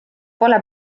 pole